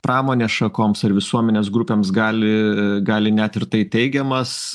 pramonės šakoms ar visuomenės grupėms gali gali net ir tai teigiamas